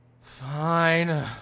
Fine